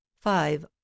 five